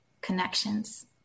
connections